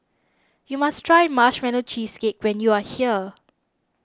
you must try Marshmallow Cheesecake when you are here